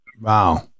Wow